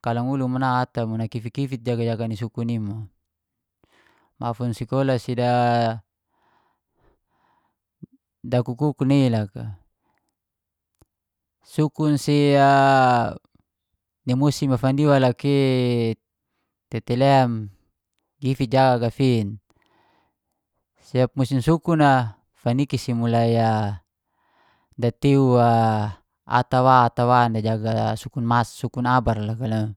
kalangulu mana ata mo nakifit-kifit jaga-jaga ni sukun imo. Mafun sikola dakukuk-kuk ni loka, sukun ni musim fandiwa loka i tete lem gifit jaga gafin, siap musim sukun a faniki si mulai datiuw ata wa najaga sukun sukun abar loka liwa